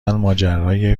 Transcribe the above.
ماجرای